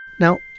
now,